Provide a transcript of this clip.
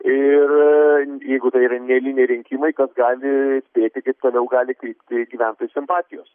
ir jeigu tai yra neeiliniai rinkimai kas gali spėti kaip toliau gali kilti gyventojų simpatijos